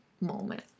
moment